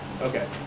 Okay